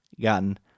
gotten